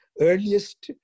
earliest